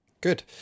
Good